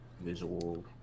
Visual